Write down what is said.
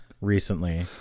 recently